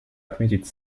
отметить